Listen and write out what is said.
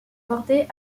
bordé